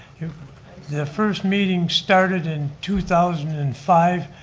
the first meeting started in two thousand and five,